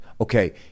okay